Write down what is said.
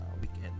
weekend